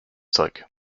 zeug